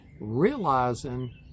realizing